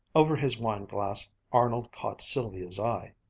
over his wineglass arnold caught sylvia's eye,